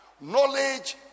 Knowledge